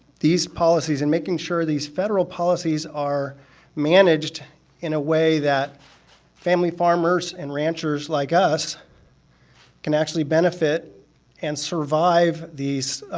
these policies and making sure these federal policies are managed in a way that family farmers and ranchers like us can actually benefit and survive these